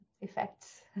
effects